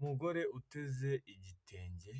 Umugore uteze igitenge